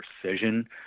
precision